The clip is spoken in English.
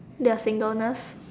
they are singleness